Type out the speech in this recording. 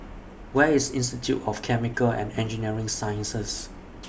Where IS Institute of Chemical and Engineering Sciences